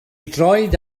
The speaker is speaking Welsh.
droed